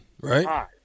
right